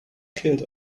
killed